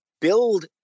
build